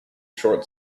short